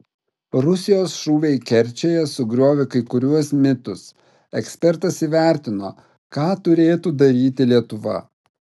rusijos šūviai kerčėje sugriovė kai kuriuos mitus ekspertas įvertino ką turėtų daryti lietuva